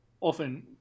often